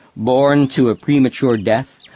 born to a premature death,